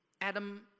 Adam